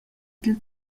dil